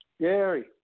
Gary